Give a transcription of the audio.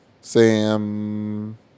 Sam